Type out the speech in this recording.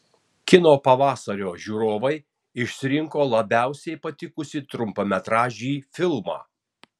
kino pavasario žiūrovai išrinko labiausiai patikusį trumpametražį filmą